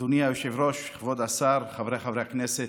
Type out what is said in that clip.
אדוני היושב-ראש, כבוד השר, חבריי חברי הכנסת,